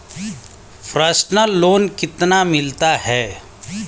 Personal loan कितना मिलता है?